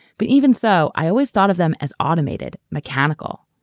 but even so, i always thought of them as automated, mechanical.